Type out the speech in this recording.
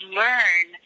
learn